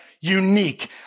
unique